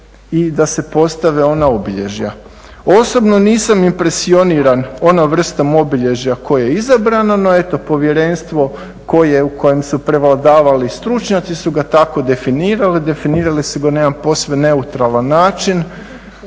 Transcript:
i da se postave ona obilježja. Osobno nisam impresioniran onom vrstom obilježja koje je izabrano no eto povjerenstvo koje u kojem su prevladavali stručnjaci su ga tako definirali. Definirali su ga na jedan posve neutralan način.